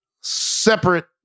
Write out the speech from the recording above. separate